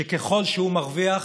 שככל שהוא מרוויח